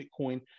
Bitcoin